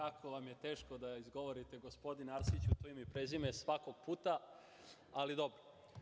Kako vam je teško da izgovorite, gospodine Arsiću, to ime i prezime svakog puta, ali dobro.